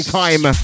time